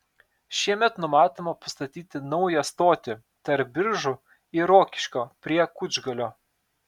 šiemet numatoma pastatyti naują stotį tarp biržų ir rokiškio prie kučgalio